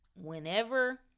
whenever